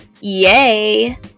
Yay